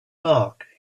mark